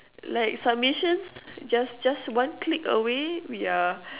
like submissions just just one click away we are